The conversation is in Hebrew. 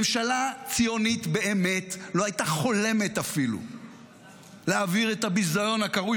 ממשלה ציונית באמת לא הייתה חולמת אפילו להעביר את הביזיון הקרוי